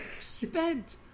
spent